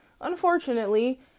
unfortunately